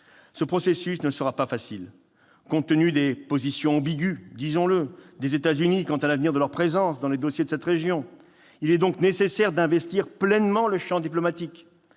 Ce processus ne sera pas facile compte tenu des positions ambiguës des États-Unis quant à l'avenir de leur présence dans les dossiers de cette région. Il est donc nécessaire d'investir pleinement le champ diplomatique.